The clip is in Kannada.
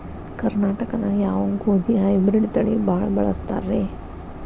ಕರ್ನಾಟಕದಾಗ ಯಾವ ಗೋಧಿ ಹೈಬ್ರಿಡ್ ತಳಿ ಭಾಳ ಬಳಸ್ತಾರ ರೇ?